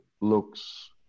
looks